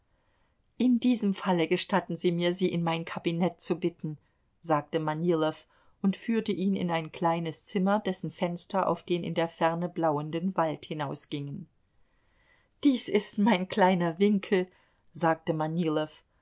in diesem falle gestatten sie mir sie in mein kabinett zu bitten sagte manilow und führte ihn in ein kleines zimmer dessen fenster auf den in der ferne blauenden wald hinausgingen dies ist mein kleiner winkel sagte manilow